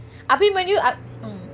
abimanyu